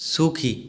সুখী